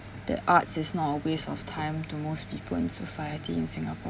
that arts is all waste of time to most people in society in singapore